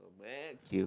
thank you